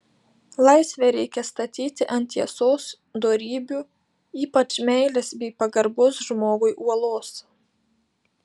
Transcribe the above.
laisvę reikia statyti ant tiesos dorybių ypač meilės bei pagarbos žmogui uolos